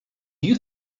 you